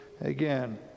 again